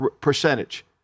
percentage